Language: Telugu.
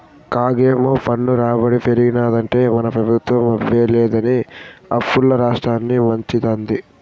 కాగేమో పన్ను రాబడి పెరిగినాదంటే మన పెబుత్వం అబ్బే లేదని అప్పుల్ల రాష్ట్రాన్ని ముంచతాంది